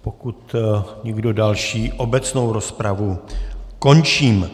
Pokud nikdo další, obecnou rozpravu končím.